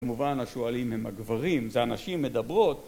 כמובן השואלים הם הגברים, זה הנשים מדברות